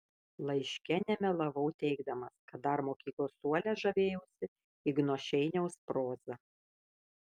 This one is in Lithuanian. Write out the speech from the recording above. laiške nemelavau teigdamas kad dar mokyklos suole žavėjausi igno šeiniaus proza